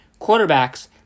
quarterbacks